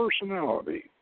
personality